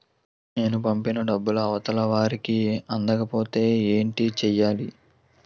నేను పంపిన డబ్బులు అవతల వారికి అందకపోతే ఏంటి చెయ్యాలి?